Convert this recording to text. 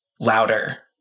louder